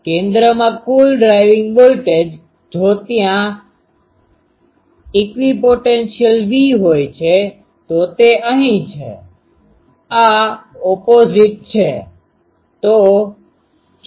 તો કેન્દ્રમાં કુલ ડાઇવિંગ વોલ્ટેજ જો ત્યાં ઇકવીપોટેન્શિઅલ V હોય છે તો તે અહીં છે આ ઓપોઝીટoppositeવિરુદ્ધ છે